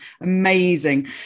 amazing